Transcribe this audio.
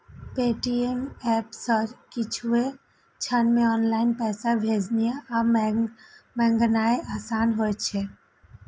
Paytm app सं किछुए क्षण मे ऑनलाइन पैसा भेजनाय आ मंगेनाय आसान होइ छै